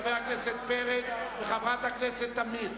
חבר הכנסת פרץ וחברת הכנסת תמיר.